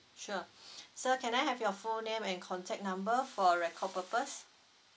sure so can I have your full name and contact number for record purpose